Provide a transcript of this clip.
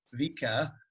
Vika